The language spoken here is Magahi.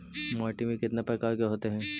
माटी में कितना प्रकार के होते हैं?